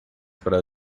para